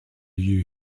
you